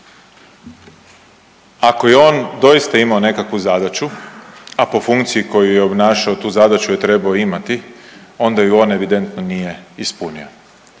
Ako je on doista imao nekakvu zadaću, a po funkciji koju je obnašao tu zadaću je trebao imati onda ju on evidentno nije ispunio.